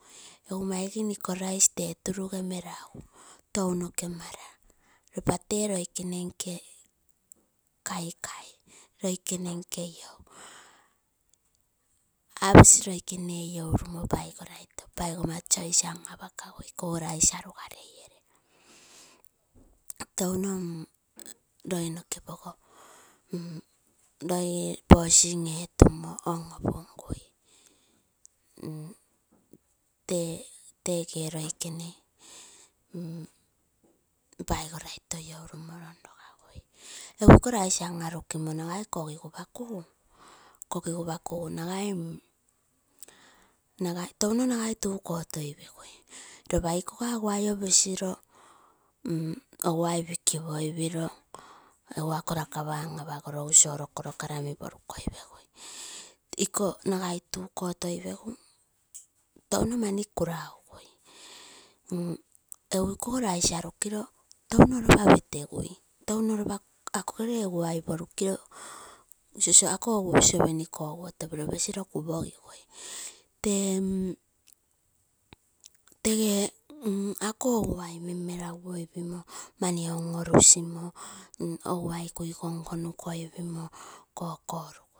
Egu maigim iko rice tee turuge meragu tounoke mara ropa tee loikene nke kaikai, loikene nke iou. Aposi loikenee lourumo paigoma choice an apakagune ikogo rice arugalei eree. Touno loi noke pogo bossing etamoi on opumgui. Tegee loikene pagoraito louromo ron rongaka egu ikoo rice an anekimo nagai kokigupa kugu, touno nagai tuu kotoi pegui ropa igikoga oguai oo pesiroo oguai pikiopoi piroo egu ako rakapa anapagoige salt koro karami porukoiprgui. Iko nagai tuu kotoi peguu touno mani kura ugui. Egu ikogo rice arukiro touno ropa petegui, touno ropa akogere oguai porukiro akoo saucepan kogotopiroo petegui, pesiro kupogigui, tee mm tege ako oguai mem meraguoipimo on omulusimo kuikom konukoi pimo kokorugui.